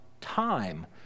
time